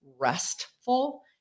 restful